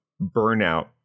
burnout